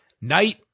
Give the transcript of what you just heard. night